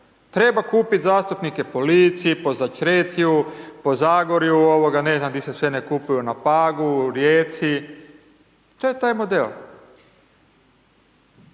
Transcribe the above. Treba kupiti zastupnike po Lici, po Začretju, po Zagorju, ne znam gdje se sve ne kupuju, na Pagu, u Rijeci. I to je taj model.